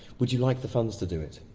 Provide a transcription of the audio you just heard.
would you like the funns to do it?